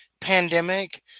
pandemic